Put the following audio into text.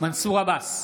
מנסור עבאס,